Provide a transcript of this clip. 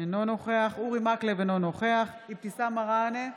אינו נוכח אורי מקלב, אינו נוכח אבתיסאם מראענה,